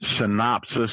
synopsis